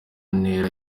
ntera